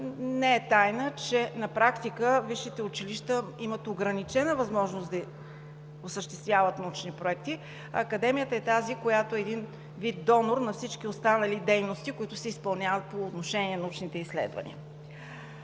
Не е тайна, че на практика висшите училища имат ограничена възможност да осъществяват научни проекти. Академията е тази, която е един вид донор на всички останали дейности, които се изпълняват по отношение на научните изследвания.